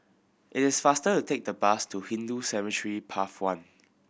it is faster to take the bus to Hindu Cemetery Path One